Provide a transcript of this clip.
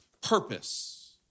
purpose